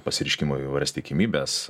pasireiškimo įvairias tikimybes